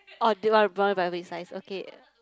orh do you wanna okay